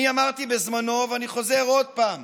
אני אמרתי בזמנו ואני חוזר עוד פעם: